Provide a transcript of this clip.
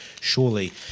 surely